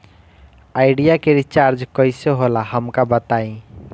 Idea के recharge कईसे होला हमका बताई?